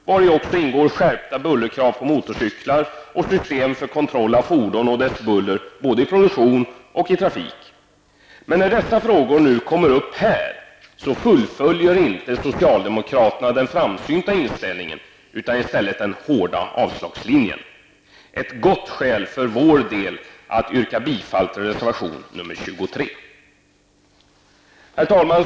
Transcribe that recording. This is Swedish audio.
Däri ingår också skärpta bullerkrav på motorcyklar och system för kontroll av fordon och deras buller både i produktion och i trafik. Men när nu dessa frågor kommer upp här fullföljer inte socialdemokraterna den framsynta inställningen utan i stället den hårda avslagslinjen. Ett gott skäl för vår del att yrka bifall till reservation nr 23. Herr talman!